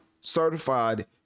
certified